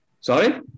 Sorry